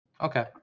Okay